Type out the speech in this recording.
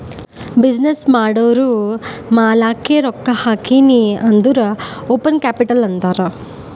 business ಮಾಡೂರ್ ಮಾಲಾಕ್ಕೆ ರೊಕ್ಕಾ ಹಾಕಿನ್ ಅಂದುರ್ ಓನ್ ಕ್ಯಾಪಿಟಲ್ ಅಂತಾರ್